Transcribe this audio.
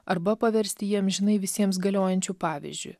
arba paversti jį amžinai visiems galiojančiu pavyzdžiu